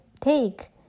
take